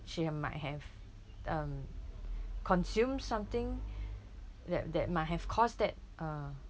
she might have um consume something that that might have caused that uh